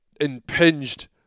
impinged